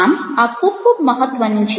આમ આ ખૂબ ખૂબ મહત્વનું છે